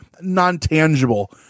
non-tangible